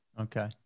Okay